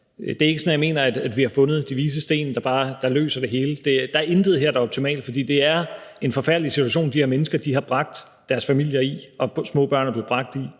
Det er ikke sådan, at jeg mener, at vi har fundet de vises sten, der løser det hele. Der er intet her, der er optimalt, fordi det er en forfærdelig situation, de her mennesker har bragt deres familier og små børn i, så der er jo